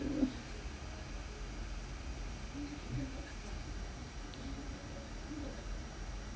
uh